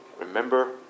Remember